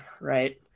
right